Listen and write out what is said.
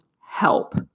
Help